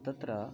तत्र